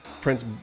Prince